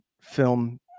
film